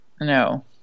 no